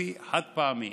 כספי חד-פעמי